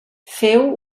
féu